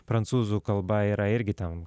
prancūzų kalba yra irgi ten